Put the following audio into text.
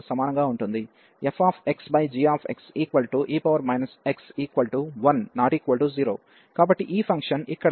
fxgx e x 1≠0 కాబట్టి ఈ ఫంక్షన్ ఇక్కడ 1x1 n అని మనకు ఇప్పటికే తెలుసు